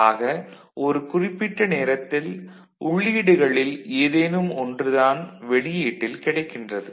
ஆக ஒரு குறிப்பிட்ட நேரத்தில் உள்ளீடுகளில் ஏதேனும் ஒன்றுதான் வெளியீட்டில் கிடைக்கின்றது